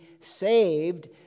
saved